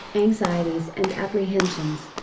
anxieties and apprehensions,